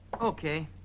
Okay